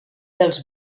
dels